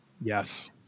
Yes